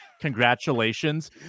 congratulations